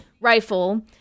rifle